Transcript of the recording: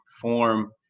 form